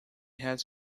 has